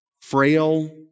frail